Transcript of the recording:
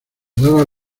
daba